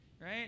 right